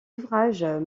ouvrages